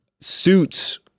suits